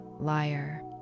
liar